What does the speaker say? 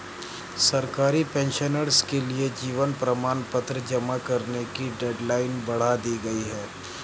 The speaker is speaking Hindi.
सरकारी पेंशनर्स के लिए जीवन प्रमाण पत्र जमा करने की डेडलाइन बढ़ा दी गई है